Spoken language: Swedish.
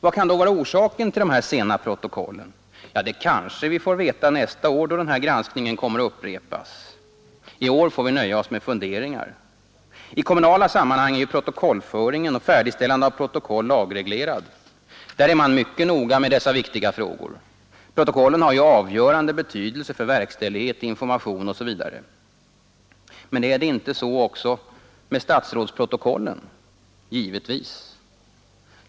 Vad kan då vara orsaken till dessa sena protokoll? Ja, det kanske vi får veta nästa år då den här granskningen kommer att upprepas. I år får vi nöja oss med funderingar. I kommunala sammanhang är ju protokollföring och färdigställande av protokoll lagreglerade. Där är man mycket noga med dessa viktiga frågor. Protokollen har ju avgörande betydelse för verkställighet, information osv. Men är det inte så också med statsrådsprotokollen? Givetvis.